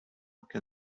can